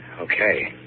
Okay